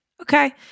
okay